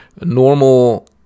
normal